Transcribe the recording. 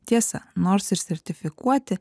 tiesa nors ir sertifikuoti